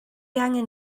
angen